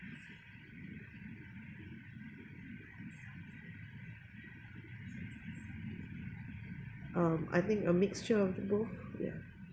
um I think a mixture of both yeah